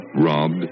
robbed